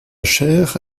chair